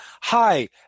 Hi